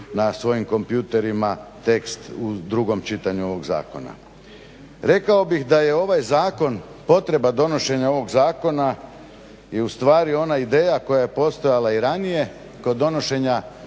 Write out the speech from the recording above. na svojim kompjuterima tekst o drugom čitanju ovog zakona. Rekao bih da je ovaj zakon, potreba donošenja ovog zakona i ustvari ona ideja koja je postojala i ranije kod donošenja